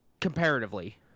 comparatively